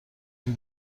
این